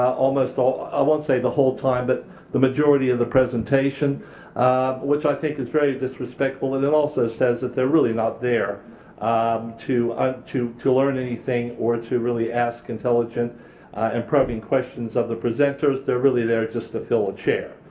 almost all i won't say the whole time but the majority of the presentation which i think is very disrespectful and it also says that they're really not there um to ah to learn anything or to really ask intelligent and probing questions of the presenters. they're really there just to fill a chair.